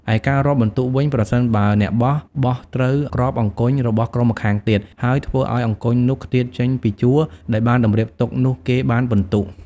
ឯការរាប់ពិន្ទុវិញ ប្រសិនបើអ្នកបោះ បោះត្រូវគ្រាប់អង្គញ់របស់ក្រុមម្ខាងទៀត ហើយធ្វើឱ្យអង្គញ់នោះខ្ទាតចេញពីជួរដែលបានតម្រៀបទុក នោះគេបានពិន្ទុ ។